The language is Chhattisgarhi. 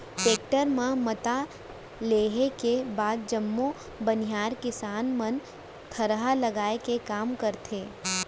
टेक्टर म मता लेहे के बाद जम्मो बनिहार किसान मन थरहा लगाए के काम करथे